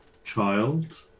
Child